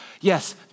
Yes